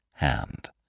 Hand